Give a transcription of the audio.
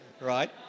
right